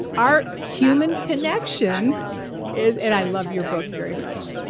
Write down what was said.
our human connection is and i love your book very much,